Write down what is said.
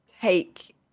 take